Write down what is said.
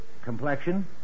Complexion